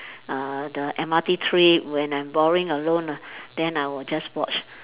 uh the M_R_T trip when I'm boring alone ah then I will just watch